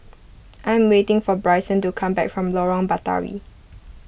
I am waiting for Bryson to come back from Lorong Batawi